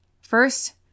First